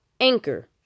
Anchor